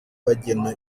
bagena